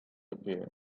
appeared